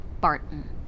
Barton